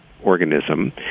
organism